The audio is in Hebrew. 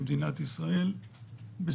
חדשים.